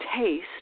taste